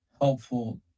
helpful